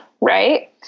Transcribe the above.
right